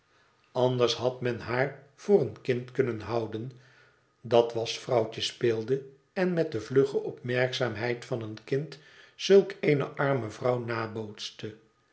anders had men haar vooreen kind kunnen houden dat wasch vrouwtje speelde en met de vlugge opmerkzaamheid van een kind zulk eene arme vrouw nabootste